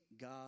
God